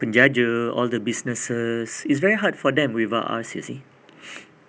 penjaja all the businesses it's very hard for them without us you see